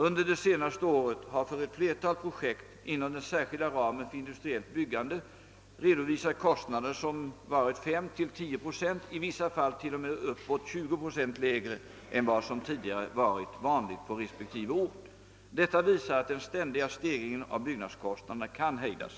Under det senaste året har för ett flertal projekt inom den särskilda ramen för industriellt byggande redovisats kostnader som varit d3—10, i vissa fall t.o.m. upp emot 20 procent lägre än vad som tidigare varit vanligt på resp. ort. Detta visar att den ständiga stegringen av byggnadskostnaderna kan hejdas.